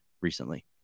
recently